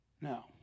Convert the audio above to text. No